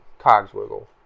Cogswiggle